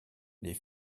les